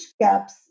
gaps